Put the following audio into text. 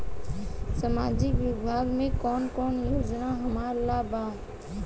सामाजिक विभाग मे कौन कौन योजना हमरा ला बा?